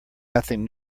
nothing